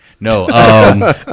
No